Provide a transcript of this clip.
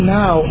now